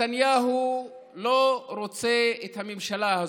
נתניהו לא רוצה את הממשלה הזאת.